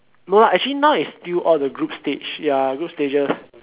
no lah actually now is still all the group stage ya group stages